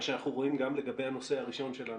מה שאנחנו רואים גם לגבי הנושא הראשון שלנו,